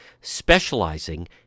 specializing